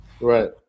right